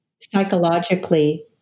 psychologically